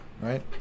Right